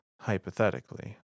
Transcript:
hypothetically